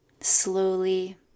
slowly